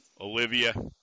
Olivia